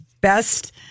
best